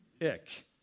Ick